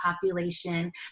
population